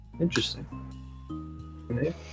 Interesting